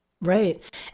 Right